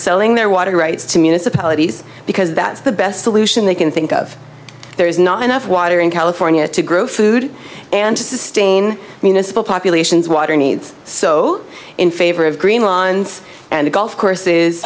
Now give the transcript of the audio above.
selling their water rights to municipalities because that's the best solution they can think of there is not enough water in california to grow food and to sustain municipal populations water needs so in favor of green lawns and golf courses